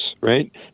right